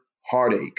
heartache